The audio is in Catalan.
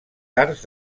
arts